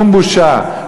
שום בושה,